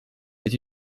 est